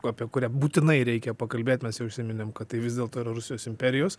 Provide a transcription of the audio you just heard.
apie kurią būtinai reikia pakalbėt mes jau užsiminėm kad tai vis dėlto yra rusijos imperijos